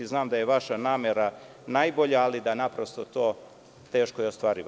Znam da je vaša namera najbolja, ali da naprosto to teško i ostvarivo.